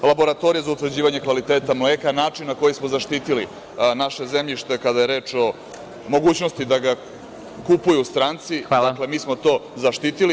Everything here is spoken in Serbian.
Laboratorija za utvrđivanje kvaliteta mleka, način na koji smo zaštitili naše zemljište kada je reč o mogućnosti da ga kupuju stranci, dakle mi smo to zaštitili.